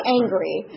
angry